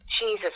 Jesus